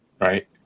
right